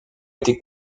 été